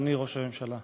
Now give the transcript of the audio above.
אדוני ראש הממשלה,